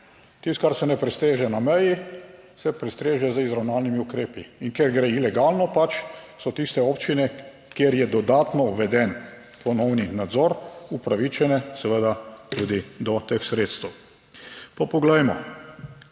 Tisto, kar se ne prestreže na meji, se prestreže z izravnalnimi ukrepi in ker gre ilegalno, pač so tiste občine, kjer je dodatno uveden ponovni nadzor, upravičene seveda tudi do teh sredstev. Pa poglejmo